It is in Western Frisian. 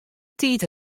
tiid